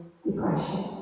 depression